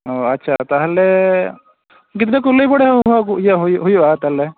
ᱚᱸᱻ ᱟᱪᱷᱟ ᱛᱟᱦᱚᱞᱮ ᱜᱤᱫᱽᱨᱟᱹ ᱠᱚ ᱞᱟᱹᱭ ᱵᱟᱲᱟ ᱦᱚᱦᱚ ᱟᱹᱜᱩ ᱤᱭᱟᱹ ᱦᱩᱭᱩᱜᱼᱟ ᱛᱟᱦᱚᱞᱮ